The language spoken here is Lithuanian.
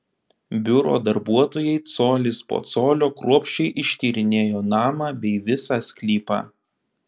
biuro darbuotojai colis po colio kruopščiai ištyrinėjo namą bei visą sklypą